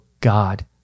God